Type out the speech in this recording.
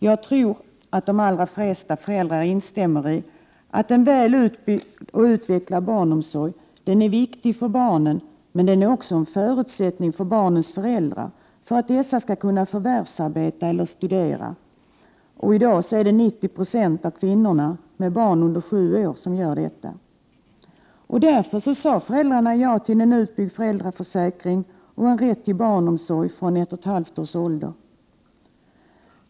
Jag tror att de allra flesta föräldrar instämmer i att en väl utbyggd och utvecklad barnomsorg är viktig för barnen, men den är också en förutsättning för att barnens föräldrar skall kunna förvärvsarbeta eller studera, och i dag är det 90 20 av kvinnorna med barn under sju år som gör det. Därför sade föräldrarna ja till en utbyggd föräldraförsäkring och en rätt till barnomsorg från ett och ett halvt års ålder.